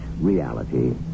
reality